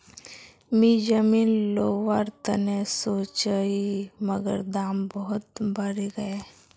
मी जमीन लोवर तने सोचौई मगर दाम बहुत बरेगये